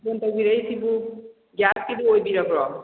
phone ꯇꯧꯕꯤꯔꯛꯏꯁꯤꯕꯨ ꯒꯦꯁꯀꯤꯗꯨ ꯑꯣꯏꯕꯤꯔꯕ꯭ꯔꯣ